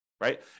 right